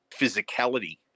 physicality